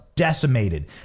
decimated